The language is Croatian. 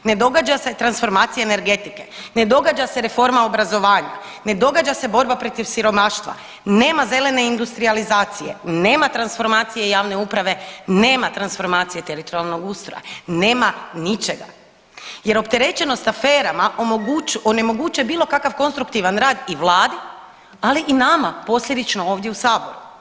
ne događa se transformacija energetike, ne događa se reforma obrazovanja, ne događa se borba protiv siromaštva, nema zelene industrijalizacije, nema transformacije javne uprave, nema transformacije teritorijalnog ustroja, nema ničega jer opterećenost aferama onemogućuje bilo kakav konstruktivan rad i vladi, ali i nama posljedično ovdje u saboru.